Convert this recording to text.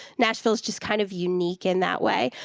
nashville's just kind of unique in that way,